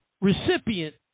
recipient